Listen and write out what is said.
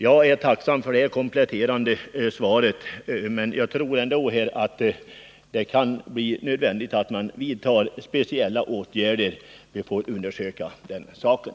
Jag är som sagt tacksam för det kompletterande svaret, men jag tror ändå att det kan bli nödvändigt att vidta speciella åtgärder. Vi får undersöka den saken.